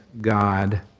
God